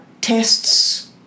tests